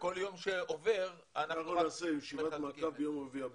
וכל יום שעובר --- אנחנו נעשה ישיבת מעקב ביום רביעי הבא,